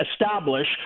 establish